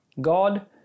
God